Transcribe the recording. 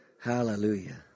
hallelujah